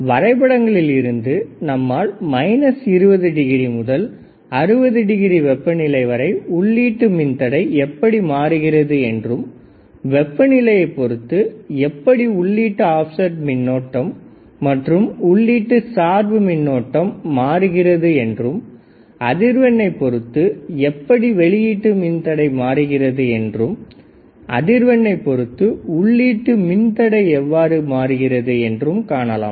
வரைபடங்களில் இருந்து நம்மால் 20 டிகிரி முதல் 60 டிகிரி வெப்பநிலை வரை உள்ளீட்டு மின்தடை எப்படி மாறுகிறது என்றும் வெப்பநிலையைப் பொருத்து எப்படி உள்ளிட்டு ஆப்செட் மின்னோட்டம் மற்றும் உள்ளீட்டு சார்பு மின்னோட்டம் மாறுகிறது என்றும் அதிர்வெண்ணை பொருத்து எப்படி வெளியிட்டு மின்தடை மாறுகிறது என்றும் அதிர்வெண்ணை பொறுத்து உள்ளீட்டு மின்தடை எவ்வாறு மாறுகிறது என்றும் காணலாம்